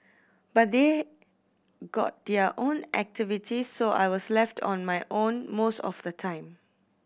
but they got their own activities so I was left on my own most of the time